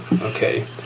Okay